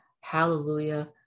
hallelujah